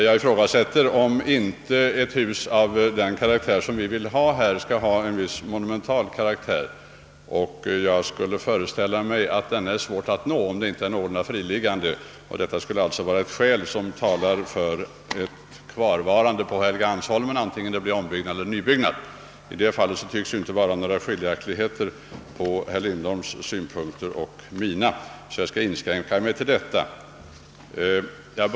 Jag ifrågasätter, om inte ett riksdagshus av den karaktär vi önskar bör ha en viss monumental karaktär och jag föreställer mig att denna är svår att åstadkomma på vilken plats som helst; byggnaden bör ju helst vara friliggande. Detta skulle alltså vara ett skäl som talar för ett bibehållande av placeringen på Helgeandsholmen, antingen det blir fråga om en ombyggnad eller nybyggnad. I det fallet tycks inte heller herr Lindholm och jag ha några skiljaktiga meningar, och jag skall därför inskränka mig till det anförda.